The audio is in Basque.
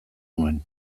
nuen